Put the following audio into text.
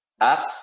apps